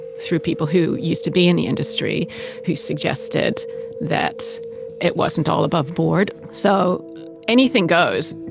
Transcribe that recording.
through people who used to be in the industry who suggested that it wasn't all above board. so anything goes.